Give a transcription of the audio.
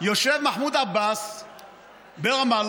יושב מחמוד עבאס ברמאללה,